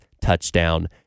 touchdown